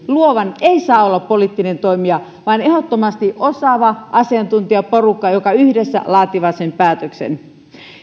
luova ei saa olla poliittinen toimija vaan ehdottomasti osaava asiantuntijaporukka joka yhdessä laatii sen päätöksen